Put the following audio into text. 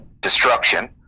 destruction